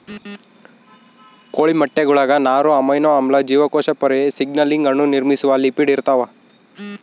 ಕೋಳಿ ಮೊಟ್ಟೆಗುಳಾಗ ನಾರು ಅಮೈನೋ ಆಮ್ಲ ಜೀವಕೋಶ ಪೊರೆ ಸಿಗ್ನಲಿಂಗ್ ಅಣು ನಿರ್ಮಿಸುವ ಲಿಪಿಡ್ ಇರ್ತಾವ